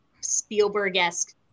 Spielberg-esque